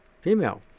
female